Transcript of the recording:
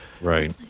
Right